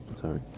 sorry